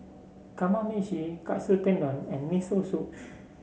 Kamameshi Katsu Tendon and Miso Soup